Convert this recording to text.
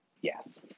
Yes